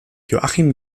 joachim